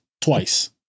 twice